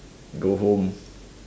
go home